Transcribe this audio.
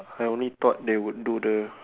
I only thought they would do the